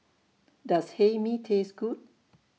Does Hae Mee Taste Good